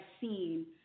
seen